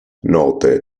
note